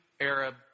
Arab